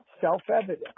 self-evident